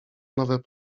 nowe